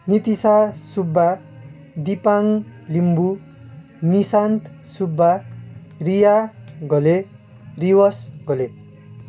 Nitisha Subba Dipahang Limbu Nishant Subba Riya Ghale Rivas Ghale